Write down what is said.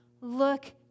look